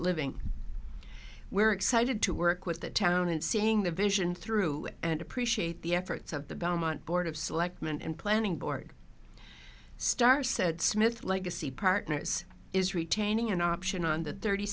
living we're excited to work with the town and seeing the vision through and appreciate the efforts of the belmont board of selectmen and planning board starr said smith legacy partners is retaining an option on the thirty